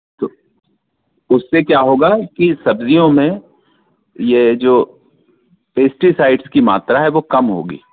तो उससे क्या होगा की सब्ज़ियों में ये जो पेस्टीसाइड्स की मात्रा है ये कम होगी